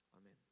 Amen